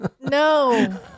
No